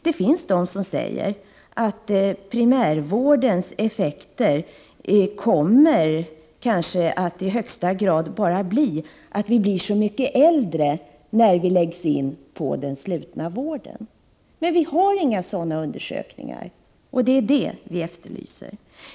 Det finns de som säger att primärvårdens effekter i första hand kommer att bli att vi är så mycket äldre när vi läggs in på den slutna vården. Men vi har inga sådana undersökningar, och det är det vi efterlyser.